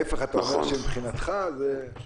להיפך, אתה אומר שמבחינתך --- נכון.